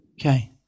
Okay